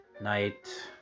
night